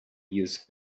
use